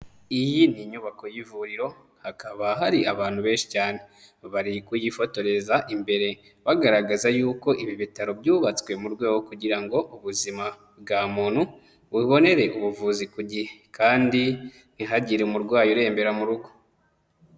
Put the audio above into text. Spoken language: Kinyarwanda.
Iyi ni inyubako y'ivuriro, hakaba hari abantu benshi cyane, bari kuyifotoreza imbere, bagaragaza yuko ibi bitaro byubatswe mu rwego kugira ngo ubuzima bwa muntu bubonere ubuvuzi ku gihe kandi ntihagire umurwayi urembera mu rugo.